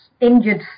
injured